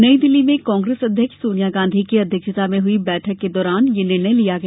नई दिल्ली में कांग्रेस अध्यक्ष सोनिया गांधी की अध्यक्षता में हुई बैठक के दौरान यह निर्णय लिया गया